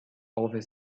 over